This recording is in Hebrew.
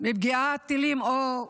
מפגיעת הטילים או יירוטים,